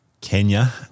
Kenya